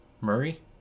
Murray